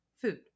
food